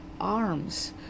arms